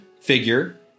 figure